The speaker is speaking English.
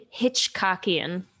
hitchcockian